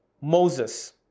Moses